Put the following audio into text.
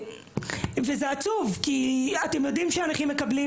וזה עצוב כי אתם יודעים שהנכים מקבלים